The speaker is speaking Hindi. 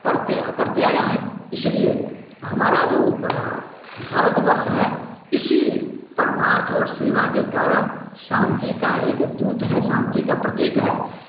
करते करते आया है इसीलिए हमारा जो भारत वर्ष है इसी परमार्थ और सेवा के कारण शांति का एक दूत है शांति का प्रतीक है